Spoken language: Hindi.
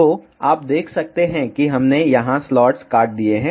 तो आप देख सकते हैं कि हमने यहाँ स्लॉट्स काट दिए हैं